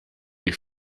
ich